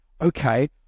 okay